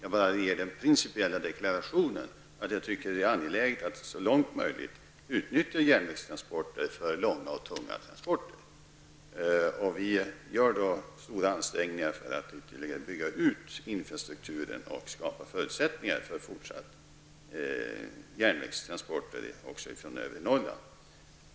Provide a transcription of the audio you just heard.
Jag vill bara göra den principiella deklarationen att jag tycker att det är angeläget att man så långt som möjligt utnyttjar järnvägstransporter för långa och tunga transporter. Vi gör därför stora ansträngningar för att ytterligare bygga ut infrastrukturen och skapa förutsättningar för fortsatta järnvägstransporter även från övre Norrland.